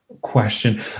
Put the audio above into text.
question